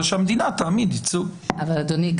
אדוני,